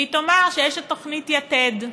היא תאמר שיש את תוכנית יתד,